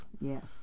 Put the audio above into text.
Yes